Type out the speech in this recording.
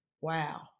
wow